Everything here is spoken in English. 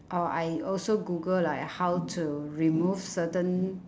oh I also google like how to remove certain